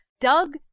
Doug